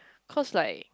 cause like